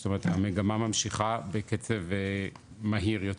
זאת אומרת המגמה ממשיכה בקצב מהיר יותר.